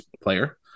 player